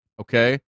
Okay